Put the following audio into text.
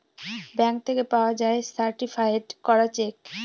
bank থেকে পাওয়া যায় সার্টিফায়েড করা চেক